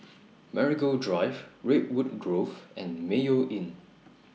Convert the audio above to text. Marigold Drive Redwood Grove and Mayo Inn